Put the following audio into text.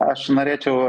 aš norėčiau